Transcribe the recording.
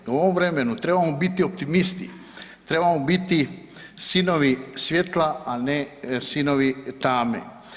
U ovom vremenu trebamo biti optimisti, trebamo biti sinovi svjetla, a ne sinovi tame.